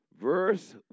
verse